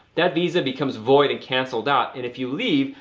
that visa becomes void and cancelled out and if you leave,